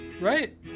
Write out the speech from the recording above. Right